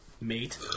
mate